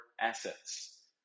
assets